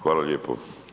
Hvala lijepo.